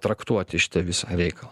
traktuoti šitą visą reikalą